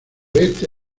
oeste